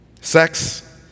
Sex